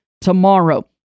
tomorrow